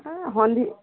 হেঁ হোলী